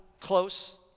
close